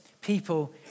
people